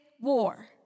war